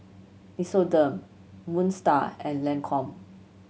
Nixoderm Moon Star and Lancome